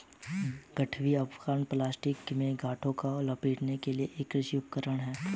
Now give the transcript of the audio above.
गठरी आवरण प्लास्टिक में गांठों को लपेटने के लिए एक कृषि उपकरण है